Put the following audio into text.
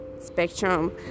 spectrum